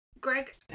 Greg